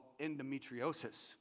endometriosis